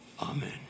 Amen